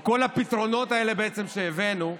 כל הפתרונות האלה שהבאנו,